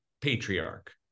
patriarch